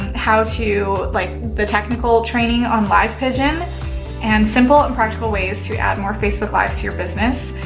how to like the technical training on livepigeon and simple and practical ways to add more facebook lives to your business,